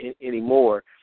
anymore